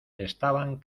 estaban